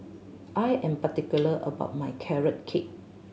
I am particular about my Carrot Cake